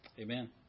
Amen